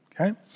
Okay